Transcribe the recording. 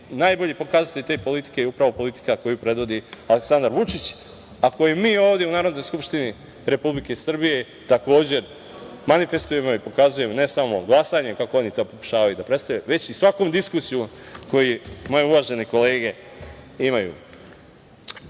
Najbolji pokazatelj te politike je upravo politika koju predvodi Aleksandar Vučić, a koju mi ovde u Narodnoj skupštini Republike Srbije takođe manifestujemo i pokazujemo, ne samo glasanjem, kako oni to pokušavaju da predstave, već i svakom diskusijom koju moje uvažene kolege imaju. Kad